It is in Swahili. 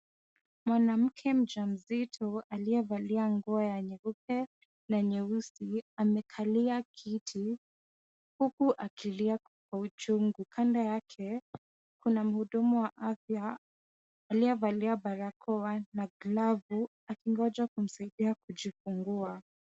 Mwanamke mjamzito aliyevalia nguo ya nyeupe na nyeusi amekalia kiti huku akilia kwa uchungu. Kando yake kuna mhudumu wa afya aliyevalia barakoa na glavu akingoja kumsaidia kujifungua.